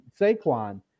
Saquon